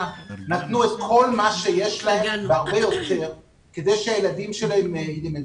נתנו את כל מה שיש להם והרבה יותר כדי שהילדים ילמדו.